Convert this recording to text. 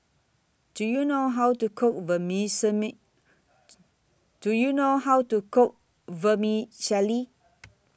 Do YOU know How to Cook Do YOU know How to Cook Vermicelli